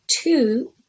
Two